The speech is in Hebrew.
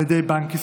ביטן.